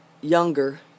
younger